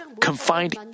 confined